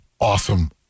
awesome